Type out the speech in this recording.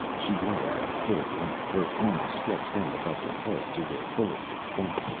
she lay at full length, her arms stretched out above her head to their fullest extent.